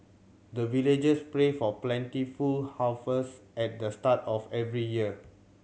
the villagers pray for plentiful harvest at the start of every year